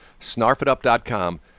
snarfitup.com